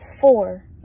Four